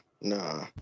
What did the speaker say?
nah